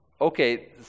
Okay